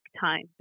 time